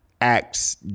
acts